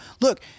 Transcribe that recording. look